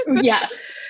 yes